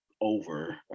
over